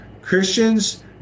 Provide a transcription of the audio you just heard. Christians